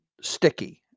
sticky